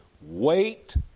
wait